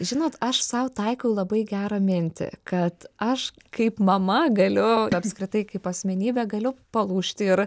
žinot aš sau taikau labai gerą mintį kad aš kaip mama galiu apskritai kaip asmenybė galiu palūžti ir